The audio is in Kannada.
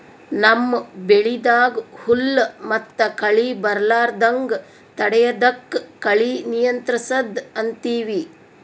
ನಮ್ಮ್ ಬೆಳಿದಾಗ್ ಹುಲ್ಲ್ ಮತ್ತ್ ಕಳಿ ಬರಲಾರದಂಗ್ ತಡಯದಕ್ಕ್ ಕಳಿ ನಿಯಂತ್ರಸದ್ ಅಂತೀವಿ